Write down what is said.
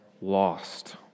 lost